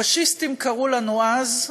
"פאשיסטים" קראו לנו אז,